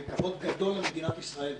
זה כבוד גדול למדינת ישראל,